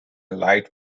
light